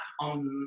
on